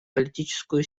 политическую